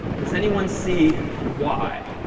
does anyone see why?